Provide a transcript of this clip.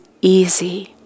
easy